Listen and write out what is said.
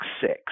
six